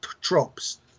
tropes